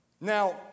Now